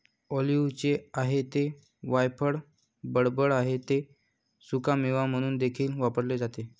ऑलिव्हचे आहे ते वायफळ बडबड आहे ते सुकामेवा म्हणून देखील वापरले जाते